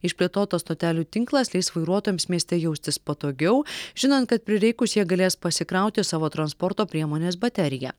išplėtotas stotelių tinklas leis vairuotojams mieste jaustis patogiau žinant kad prireikus jie galės pasikrauti savo transporto priemonės bateriją